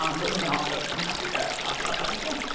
um but women also. so i'm happy to talk about that as well.